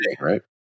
right